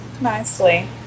nicely